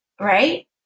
right